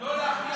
לא להכריע.